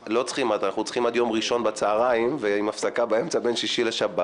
אנחנו צריכים עד יום ראשון בצוהריים עם הפסקה באמצע בין שישי לשבת",